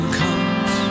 comes